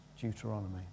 Deuteronomy